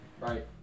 right